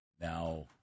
Now